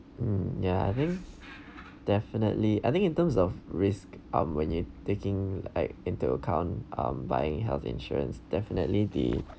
mm ya I think definitely I think in terms of risk um when you taking like into account um buying health insurance definitely the